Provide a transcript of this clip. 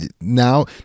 Now